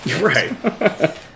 Right